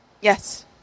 Yes